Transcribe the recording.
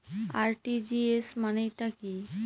RTGS মানে টা কি?